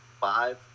five